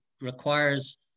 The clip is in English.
requires